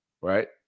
right